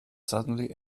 suddenly